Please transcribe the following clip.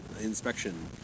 inspection